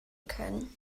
können